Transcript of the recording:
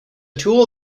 tool